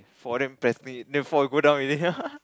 for them then four you go down already